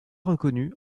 reconnue